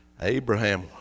Abraham